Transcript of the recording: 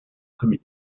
comme